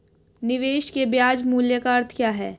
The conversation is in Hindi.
निवेश के ब्याज मूल्य का अर्थ क्या है?